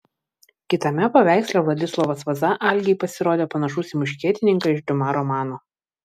kitame paveiksle vladislovas vaza algei pasirodė panašus į muškietininką iš diuma romano